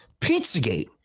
pizzagate